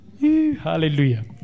Hallelujah